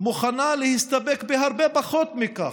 מוכנה להסתפק בהרבה פחות מכך,